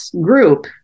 group